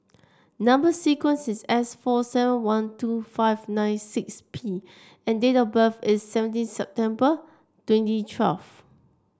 number sequence is S four seven one two five nine six P and date of birth is seventeen September twenty twelve